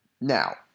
Now